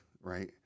right